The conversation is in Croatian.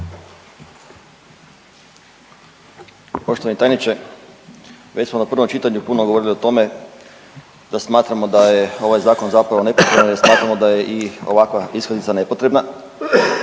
Poštovani tajniče, već smo na prvom čitanju puno govorili o tome da smatramo da je ovaj zakon zapravo nepotreban jer smatramo da je i ovakva iskaznica nepotrebna,